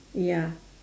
ya